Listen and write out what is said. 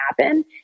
happen